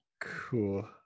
Cool